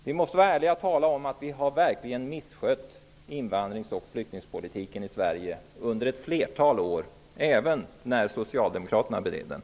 Vi måste vara ärliga och tala om att vi verkligen har misskött invandrar och flyktingpolitiken i Sverige under ett flertal år, även när Socialdemokraterna bedrev den.